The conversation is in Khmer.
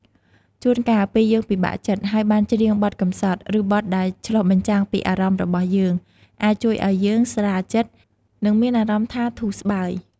ជូនកាលពេលយើងពិបាកចិត្ត ហើយបានច្រៀងបទកម្សត់ ឬបទដែលឆ្លុះបញ្ចាំងពីអារម្មណ៍របស់យើង អាចជួយឲ្យយើងស្រាលចិត្ត និងមានអារម្មណ៍ថាធូរស្បើយ។